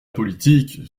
politique